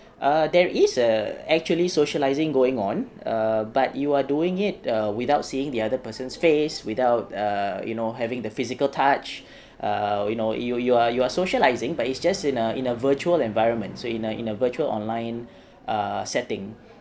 err there is a actually socialising going on err but you are doing it uh without seeing the other person's face without err you know having the physical touch err you know you you are you are socialising but it's just in a in a virtual environment so in a in a virtual online err setting